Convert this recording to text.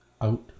Out